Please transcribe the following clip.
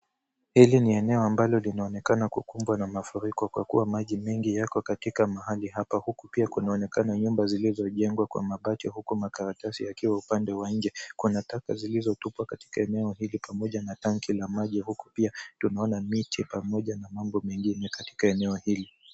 Hili ni eneo ambalo linaonekana kukumbwa na mafuriko kwa kuwa maji mengi yako katika mahali hapa huku pia kunaonekana nyumba zilizojengwa kwa mabati huku makaratasi yakiwa upande wa nje. Kuna taka zilizotupwa katika eneo hili pamoja na tanki la maji huku pia tunaona miche pamoja na mambo mengine katika eneo hili.